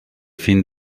fin